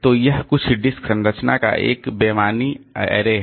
तो यह कुछ डिस्क संरचना का एक बेमानी अरे है